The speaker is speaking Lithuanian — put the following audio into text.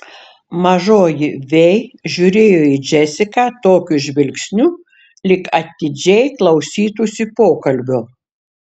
mažoji vei žiūrėjo į džesiką tokiu žvilgsniu lyg atidžiai klausytųsi pokalbio